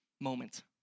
moment